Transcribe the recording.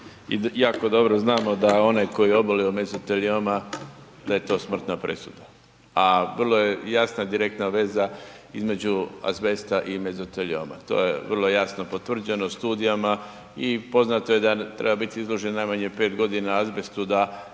i jako dobro znamo da onaj tko je obolio od mezotelioma da je to smrtna presuda, a vrlo je jasna direktna veza između azbesta i mezotelioma. To je je vrlo jasno potvrđeno studijama i poznato je da treba biti izloženo najmanje 5 godina azbestu da